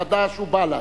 חד"ש ובל"ד,